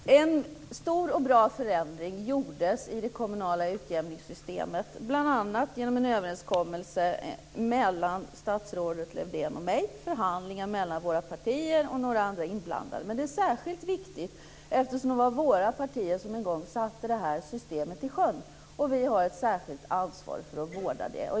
Fru talman! En stor och bra förändring gjordes i det kommunala utjämningssystemet, bl.a. genom en överenskommelse mellan statsrådet Lövdén och mig efter förhandlingar mellan våra partier och några andra inblandade. Detta är särskilt viktigt eftersom det är våra partier som en gång satte det här systemet i sjön. Vi har ett särskilt ansvar för att vårda det.